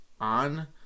on